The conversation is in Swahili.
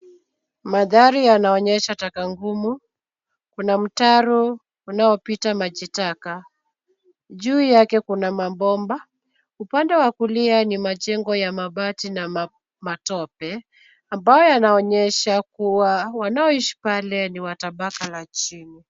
Mandhari yanaonyesha taka ngumu. Kuna mtaro unaopita majitaka. Juu yake kuna mabomba. Upande wa kulia ni majengo ya mabati na matope ambayo yanaonyesha kuwa wanaoishi pale ni wa tabaka la chini.